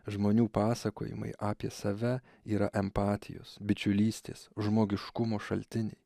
žmonių pasakojimai apie save yra empatijos bičiulystės žmogiškumo šaltiniai